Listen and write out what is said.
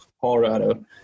Colorado